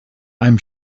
i’m